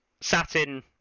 Satin